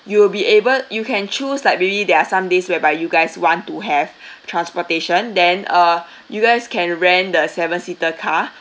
you will be able you can choose like maybe there are some days whereby you guys want to have transportation then uh you guys can rent the seven seater car